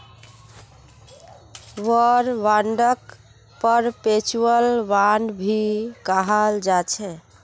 war बांडक perpetual bond भी कहाल जाछे